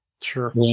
Sure